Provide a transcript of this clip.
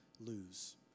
lose